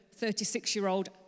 36-year-old